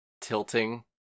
tilting